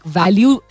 value